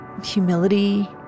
Humility